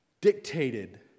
dictated